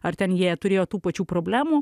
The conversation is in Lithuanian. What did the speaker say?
ar ten jie turėjo tų pačių problemų